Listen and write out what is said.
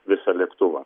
visą lėktuvą